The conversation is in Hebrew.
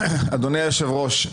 אדוני היושב-ראש,